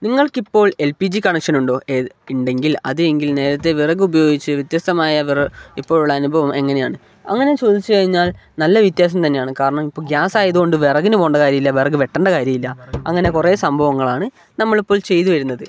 നിങ്ങൾക്ക് ഇപ്പോൾ L P G കണക്ഷനുണ്ടോ ഏത് ഇണ്ടെങ്കിൽ അത് എങ്കിൽ നേരത്തെ വിറക് ഉപയോയിച്ച് വ്യത്യസ്ഥമായ ഇപ്പോഴുള്ള അനുഭവം എങ്ങനെയാണ് അങ്ങനെ ചോദിച്ച് കഴിഞ്ഞാൽ നല്ല വ്യത്യാസം തന്നെയാണ് കാരണം ഇപ്പം ഗ്യാസായതോണ്ട് വിറകിന് പോണ്ട കാര്യം ഇല്ല വിറക് വെട്ടണ്ട കാര്യം ഇല്ല അങ്ങനെ കുറെ സംഭവങ്ങളാണ് നമ്മൾ ഇപ്പോൾ ചെയ്ത് വരുന്നത്